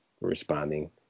responding